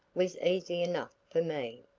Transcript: was easy enough for me.